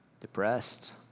depressed